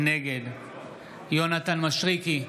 נגד יונתן מישרקי,